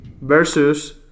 versus